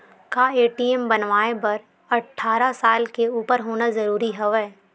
का ए.टी.एम बनवाय बर अट्ठारह साल के उपर होना जरूरी हवय?